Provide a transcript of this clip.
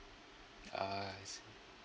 ah I see